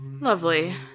Lovely